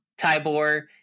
Tybor